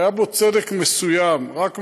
שהיה בו צדק מסוים, רק מסוים,